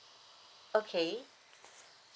okay